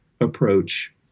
approach